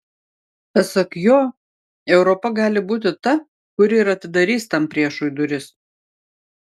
pasak jo europa gali būti ta kuri ir atidarys tam priešui duris